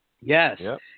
Yes